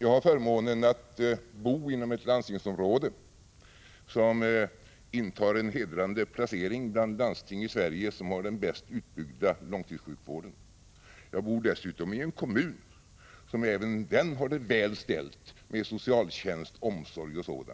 Jag har förmånen att bo inom ett landstingsområde som intar en hedrande placering bland landsting i Sverige som har den bäst utbyggda långtidssjukvården. Jag bor dessutom i en kommun som även den har det väl ställt med socialtjänst, omsorg o. d.